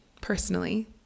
personally